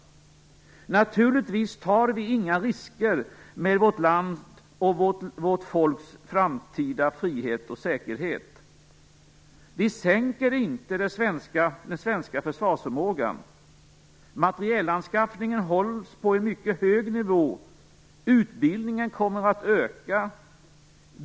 Naturligtvis tar vi inga risker med vårt lands och vårt folks framtida frihet och säkerhet. Vi sänker inte den svenska försvarsförmågan. Materielanskaffningen hålls på en mycket hög nivå. Utbildningen kommer att öka.